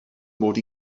mod